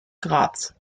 graz